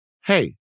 Hey